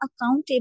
accountable